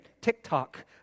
TikTok